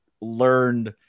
learned